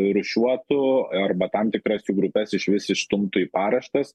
rūšiuotų arba tam tikras jų grupes išvis išstumtų į paraštes